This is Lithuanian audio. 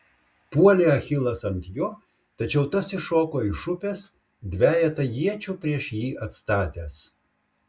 puolė achilas ant jo tačiau tas iššoko iš upės dvejetą iečių prieš jį atstatęs